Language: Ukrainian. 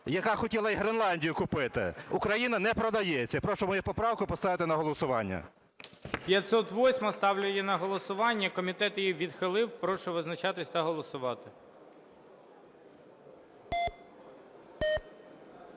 яка хотіла і Гренландію купити. Україна не продається. І прошу мою поправку поставити на голосування. ГОЛОВУЮЧИЙ. 508-а, ставлю на голосування, комітет її відхилив. Прошу визначатись та голосувати.